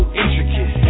intricate